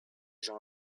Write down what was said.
gens